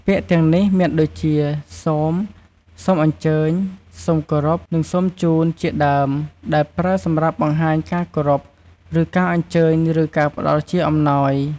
ពាក្យទាំងនេះ មានដូចជា សូម, សូមអញ្ជើញ, សូមគោរព, និង សូមជូន ជាដើម ដែលប្រើសម្រាប់បង្ហាញការគោរព ឬការអញ្ជើញ ឬការផ្តល់ជាអំណោយ។